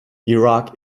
iraq